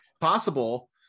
possible